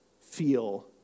feel